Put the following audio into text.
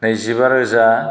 नैजिबा रोजा